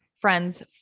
friends